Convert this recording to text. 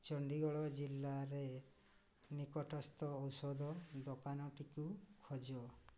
ଚଣ୍ଡୀଗଡ଼ ଜିଲ୍ଲାରେ ନିକଟସ୍ଥ ଔଷଧ ଦୋକାନଟିକୁ ଖୋଜ